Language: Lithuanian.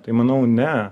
tai manau ne